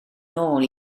nôl